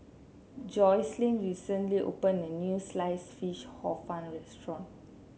Jocelyn recently opened a new Sliced Fish Hor Fun restaurant